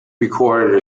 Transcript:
recorded